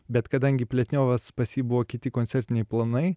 bet kadangi pletniovas pas jį buvo kiti koncertiniai planai